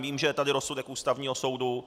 Vím, že je tady rozsudek Ústavního soudu.